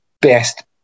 best